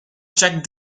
checked